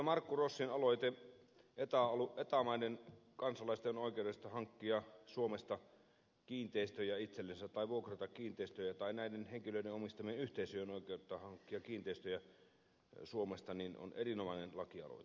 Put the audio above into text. markku rossin aloite eta maiden kansalaisten oikeudesta hankkia suomesta kiinteistöjä itsellensä tai vuokrata kiinteistöjä tai näiden henkilöiden omistamien yhteisöjen oikeutta hankkia kiinteistöjä suomesta on erinomainen lakialoite